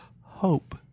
hope